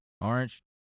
orange